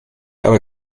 aber